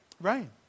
Right